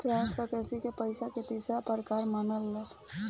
flat currency के पइसा के तीसरा प्रकार मनाला